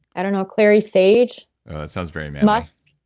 i don't know. clary sage? that sounds very manly musk.